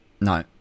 No